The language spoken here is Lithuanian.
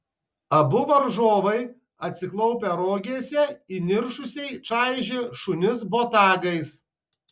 abu varžovai atsiklaupę rogėse įniršusiai čaižė šunis botagais